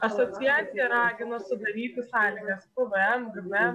asociacija ragina sudaryti sąlygas pvm gpm